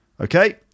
Okay